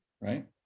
Right